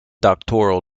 doctoral